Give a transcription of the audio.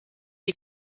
die